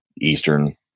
Eastern